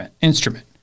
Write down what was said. instrument